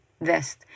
vest